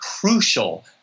crucial